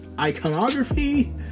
iconography